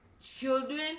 children